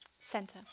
center